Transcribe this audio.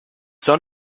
son